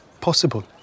possible